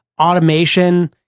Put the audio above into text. automation